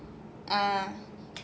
err